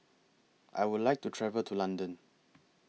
I Would like to travel to London